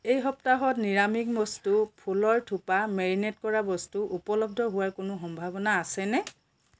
এই সপ্তাহত নিৰামিষ বস্তু ফুলৰ থোপা মেৰিনেট কৰা বস্তু উপলব্ধ হোৱাৰ কোনো সম্ভাৱনা আছেনে